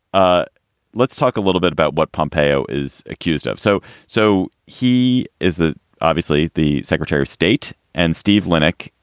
ah let's talk a little bit about what pompeo is accused of. so so he is the obviously the secretary of state. and steve linnik,